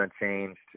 unchanged